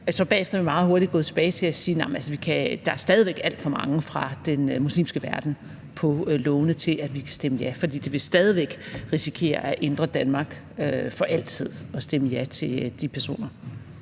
Bagefter er vi jo meget hurtigt gået tilbage til at sige, at der stadig væk er alt for mange fra den muslimske verden på lovforslagene til, at vi kan stemme ja. For vi vil stadig væk risikere at ændre Danmark for altid ved at stemme ja til de personer.